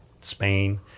Spain